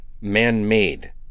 man-made